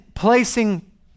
Placing